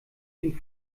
den